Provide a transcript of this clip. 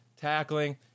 tackling